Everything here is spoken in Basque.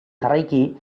jarraiki